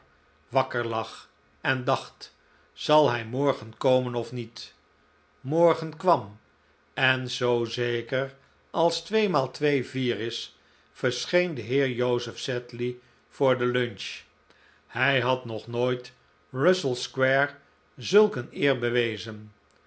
wakker lag en dacht zal hij morgen komen of niet morgen kwam en zoo zeker als twee maal twee vier is verscheen de heer joseph sedley voor de lunch hij had nog nooit russell square zulk een eer bewezen